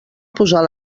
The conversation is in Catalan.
posar